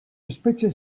espetxe